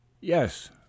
Yes